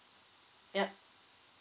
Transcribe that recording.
yup